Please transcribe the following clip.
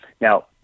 Now